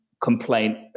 complaint